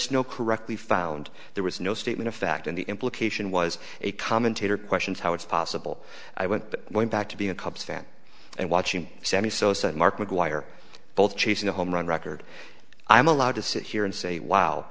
no correctly found there was no statement of fact in the implication was a commentator questions how it's possible i went but going back to being a cubs fan and watching sammy sosa and mark mcguire both chasing a homerun record i'm allowed to sit here and say wow